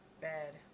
Bad